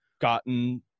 gotten